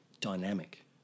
dynamic